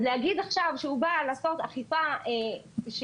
אז להגיד עכשיו שהוא בא לעשות אכיפה שהיא